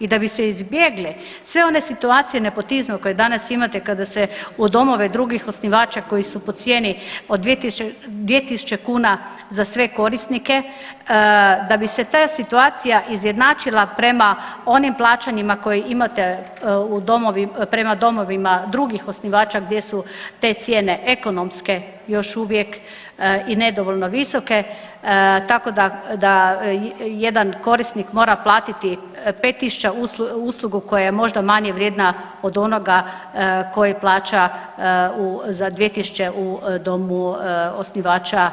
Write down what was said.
I da bi se izbjegle sve one situacije nepotizma koje danas imate kada se u domove drugih osnivača koji su po cijeni od 2.000 kuna za sve korisnike, da bi se ta situacija izjednačila prema onim plaćanjima koje imate u domovima, prema domovima drugih osnivača gdje su te cijene ekonomske još uvijek i nedovoljno visoke tako da jedan korisnik mora platiti 5.000 uslugu koja je možda manje vrijedna od onoga koji plaća u, za 2.000 u domu osnivača